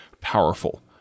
powerful